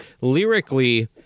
lyrically